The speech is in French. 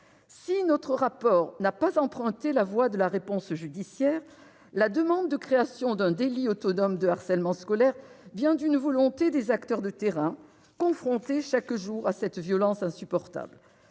Si notre rapport n'a pas emprunté la voie de la réponse judiciaire, la demande de création d'un délit autonome de harcèlement scolaire vient d'une volonté des acteurs de terrain, confrontés chaque jour à cette violence insupportable.